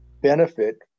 benefit